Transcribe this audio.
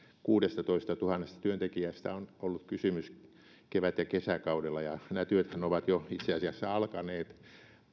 kuudestatoistatuhannesta työntekijästä on ollut kysymys kevät ja kesäkaudella ja nämä työthän ovat jo itse asiassa alkaneet